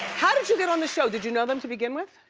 how did you get on the show? did you know them to begin with?